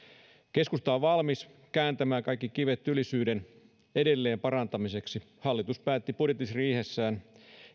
keskusta on valmis kääntämään kaikki kivet työllisyyden edelleen parantamiseksi hallitus päätti budjettiriihessään